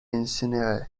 incinéré